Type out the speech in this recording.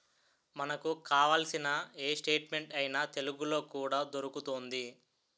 మనకు కావాల్సిన ఏ స్టేట్మెంట్ అయినా తెలుగులో కూడా దొరుకుతోంది